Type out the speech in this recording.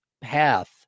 path